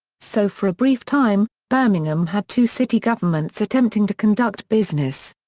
so for a brief time, birmingham had two city governments attempting to conduct business.